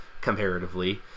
comparatively